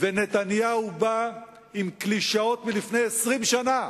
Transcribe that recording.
ונתניהו בא עם קלישאות מלפני 20 שנה.